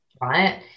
right